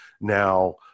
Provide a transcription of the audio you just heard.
now